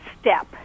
step